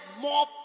more